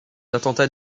attentat